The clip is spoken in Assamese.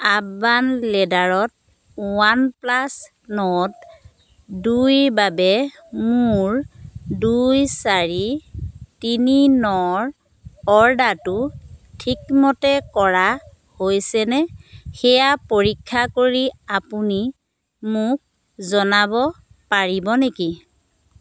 আৰ্বান লেডাৰত ৱানপ্লাছ নৰ্ড দুইৰ বাবে মোৰ দুই চাৰি তিনি নৰ অৰ্ডাৰটো ঠিকমতে কৰা হৈছেনে সেয়া পৰীক্ষা কৰি আপুনি মোক জনাব পাৰিব নেকি